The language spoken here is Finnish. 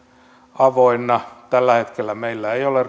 avoinna tällä hetkellä meillä ei ole